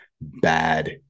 bad